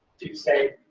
to, say,